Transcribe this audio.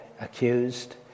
accused